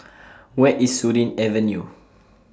Where IS Surin Avenue